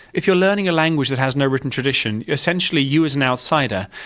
if you're learning a language that has no written tradition, essentially you as an outsider,